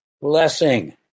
blessing